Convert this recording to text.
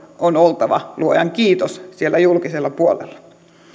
on oltava luojan kiitos siellä julkisella puolella